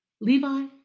Levi